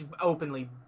openly